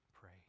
pray